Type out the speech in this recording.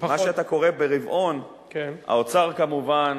מה שאתה קורא "ברבעון", האוצר כמובן,